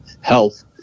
health